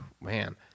Man